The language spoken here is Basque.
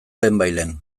lehenbailehen